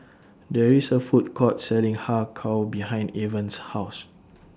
There IS A Food Court Selling Har Kow behind Evans' House